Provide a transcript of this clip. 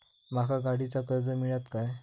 माका गाडीचा कर्ज मिळात काय?